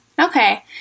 Okay